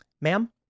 ma'am